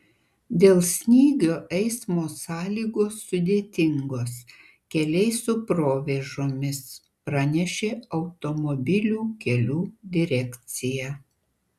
dėl snygio eismo sąlygos sudėtingos keliai su provėžomis pranešė automobilių kelių direkcija